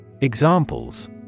Examples